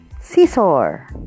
Scissor